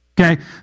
Okay